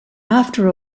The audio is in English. after